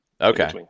okay